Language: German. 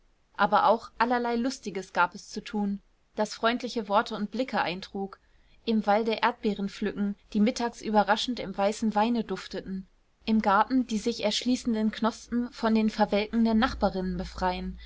aber auch allerlei lustiges gab es zu tun das freundliche worte und blicke eintrug im walde erdbeeren pflücken die mittags überraschend im weißen weine dufteten im garten die sich erschließenden knospen von den verwelkenden nachbarinnen befreien